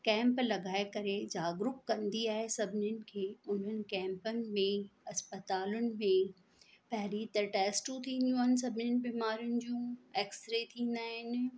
camp लॻाए करे जागरुक कंदी आहे सभिनीनि खे उन्हनि कैंपनि में अस्पतालुनि में पहिरीं त टेस्टूं थींदियूं आहिनि सभिनीनि बीमारुनि जूं एक्स रे थींदा आहिनि